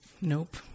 Nope